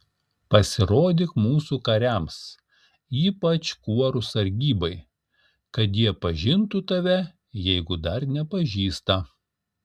pasirodyk mūsų kariams ypač kuorų sargybai kad jie pažintų tave jeigu dar nepažįsta